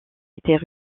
étaient